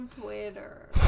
Twitter